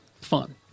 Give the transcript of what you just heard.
Fun